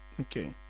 okay